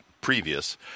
previous